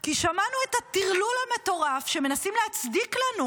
כי שמענו את הטרלול המטורף שמנסים להצדיק לנו